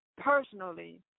personally